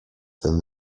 than